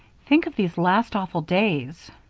think of these last awful days!